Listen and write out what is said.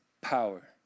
power